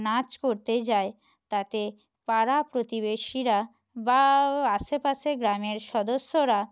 নাচ করতে যায় তাতে পাড়া প্রতিবেশীরা বা ও আশেপাশে গ্রামের সদস্যরা